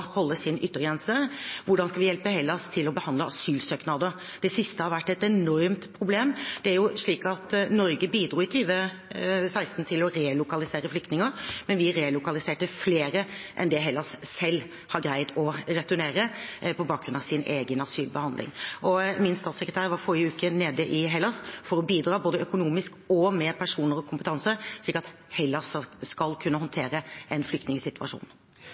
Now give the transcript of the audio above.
behandle asylsøknader? Det siste har vært et enormt problem. Det er jo slik at Norge i 2016 bidro til å relokalisere flyktninger, men vi relokaliserte flere enn Hellas selv har greid å returnere på bakgrunn av egen asylbehandling. Min statssekretær var forrige uke i Hellas for å bidra både økonomisk og med personer og kompetanse, slik at Hellas skal kunne håndtere en flyktningsituasjon.